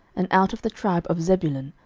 and out of the tribe of zebulun,